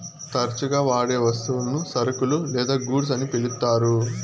తరచుగా వాడే వస్తువులను సరుకులు లేదా గూడ్స్ అని పిలుత్తారు